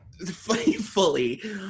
Fully